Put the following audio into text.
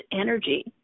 energy